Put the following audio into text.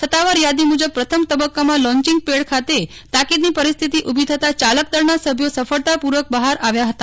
સત્તાવાર યાદી મુજબ પ્રથમ તબક્કામાં લોન્ચીંગ પેડ ખાતે તાકીદની પરિસ્થિતિ ઉભી થતાં ચાલકદળના સભ્યો સફળતાપૂર્વક બહાર આવ્યા હતા